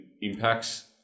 impacts